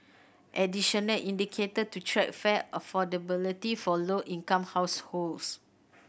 additional indicator to track fare affordability for low income households